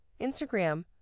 Instagram